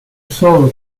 solar